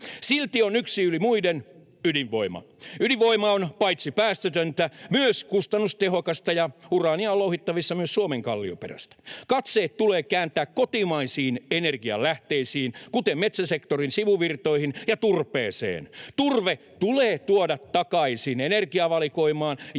Silti on yksi yli muiden: ydinvoima. Ydinvoima on paitsi päästötöntä myös kustannustehokasta, ja uraania on louhittavissa myös Suomen kallioperästä. Katseet tulee kääntää kotimaisiin energianlähteisiin, kuten metsäsektorin sivuvirtoihin ja turpeeseen. Turve tulee tuoda takaisin energiavalikoimaan ja